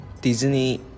Disney